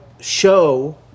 show